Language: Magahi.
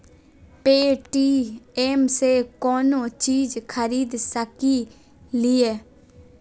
पे.टी.एम से कौनो चीज खरीद सकी लिय?